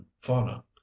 fauna